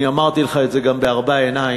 אני אמרתי לך את זה גם בארבע עיניים,